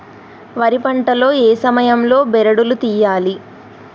వరి పంట లో ఏ సమయం లో బెరడు లు తియ్యాలి?